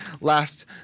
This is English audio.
last